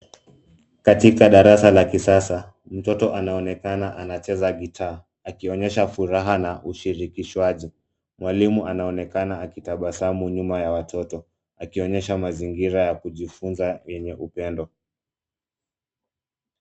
Katika darasa la kisasa, mtoto anaonekana anacheza gitaa, akionyesha furaha na ushirikishwaji. Mwalimu anaonekana akitabasamu nyuma ya watoto akionyesha mazingira ya kujifunza yenye upendo.